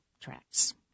tracks